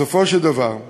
בסופו של דבר,